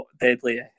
deadly